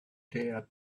dared